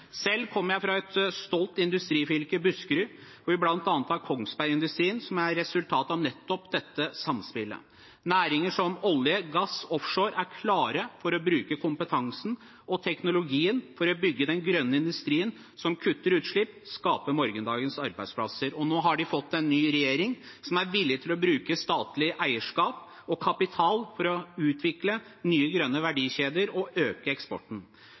Selv kommer jeg fra et stolt industrifylke, Buskerud, hvor vi bl.a. har Kongsberg-industrien, som er et resultat av nettopp dette samspillet. Næringer som olje, gass og offshore er klare for å bruke kompetansen og teknologien for å bygge den grønne industrien som kutter utslipp og skaper morgendagens arbeidsplasser. Nå har de fått en ny regjering som er villig til å bruke statlig eierskap og kapital for å utvikle nye grønne verdikjeder og øke eksporten.